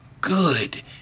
good